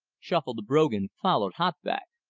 shuffle the brogan followed hot back.